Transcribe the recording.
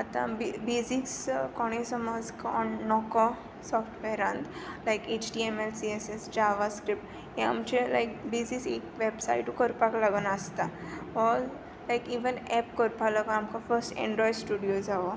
आतां बे बेजिक्स कोणेंय समज कोण णॉकॉ सॉफ्टवॅरांत like HTML CSS JavaScript यें आमचें लायक बेजीस एक वॅबसायटू करपाक लागून आसता ऑर लायक इवन एप करपा लागून आमकां फस एण्ड्रॉय स्टुडियो जाओ